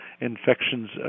infections